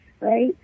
right